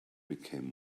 became